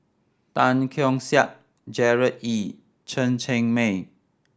Tan Keong Saik Gerard Ee Chen Cheng Mei